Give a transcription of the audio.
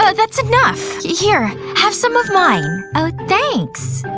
ah that's enough here have some of mine oh thanks